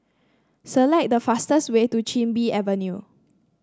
select the fastest way to Chin Bee Avenue